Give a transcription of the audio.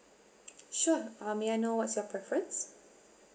sure uh may I know what's your preference